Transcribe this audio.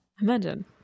Imagine